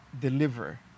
deliver